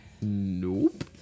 Nope